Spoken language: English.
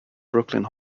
brooklyn